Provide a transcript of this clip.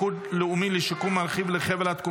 ההצעה להעביר את הצעת חוק מיקוד לאומי לשיקום מרחיב לחבל התקומה,